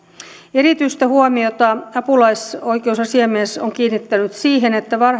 erityistä huomiota apulaisoikeusasiamies on kiinnittänyt siihen että